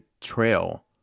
trail